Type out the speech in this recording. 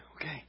Okay